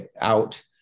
out